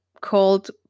called